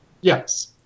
Yes